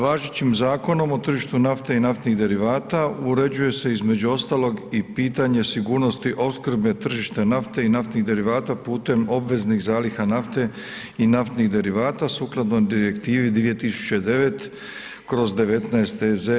Važećim zakonom o tržištu nafte i naftnih derivata uređuje se između ostalog i pitanje sigurnosti opskrbe tržišta nafte i naftnih derivata putem obveznih zaliha nafte i naftnih derivata sukladno Direktivi 2009/